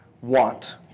want